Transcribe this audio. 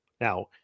Now